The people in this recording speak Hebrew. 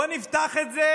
נפתח את זה